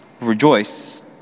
Rejoice